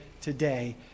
today